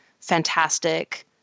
fantastic